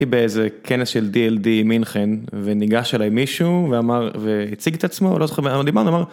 היא באיזה כנס של dld מינכן, וניגש עליי מישהו, והציג את עצמו, ולא זוכר על מה דיברנו